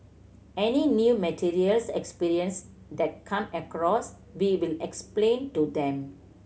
any new materials experiences that come across we will explain to them